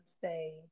say